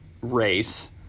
race